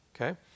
okay